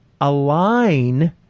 align